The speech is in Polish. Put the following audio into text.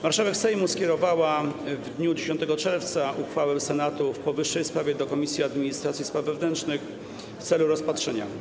Marszałek Sejmu skierowała w dniu 10 czerwca uchwałę Senatu w powyższej sprawie do Komisji Administracji i Spraw Wewnętrznych w celu rozpatrzenia.